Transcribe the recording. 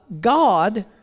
God